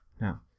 Now